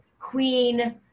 queen